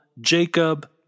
Jacob